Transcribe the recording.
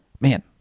man